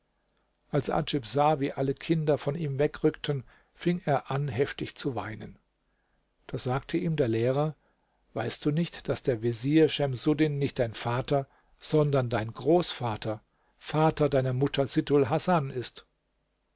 als adjib sah wie alle kinder von ihm wegrückten fing er an heftig zu weinen da sagte ihm der lehrer weißt du nicht daß der vezier schemsuddin nicht dein vater sondern dein großvater vater deiner mutter sittulhasan ist